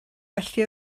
felly